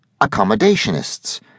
accommodationists